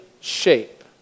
Shape